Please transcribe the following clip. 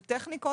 זה טכניקה